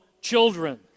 children